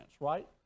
Right